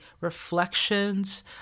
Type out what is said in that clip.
reflections